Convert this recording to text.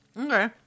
Okay